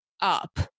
up